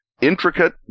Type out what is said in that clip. intricate